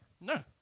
No